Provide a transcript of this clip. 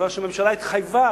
כיוון שהממשלה התחייבה,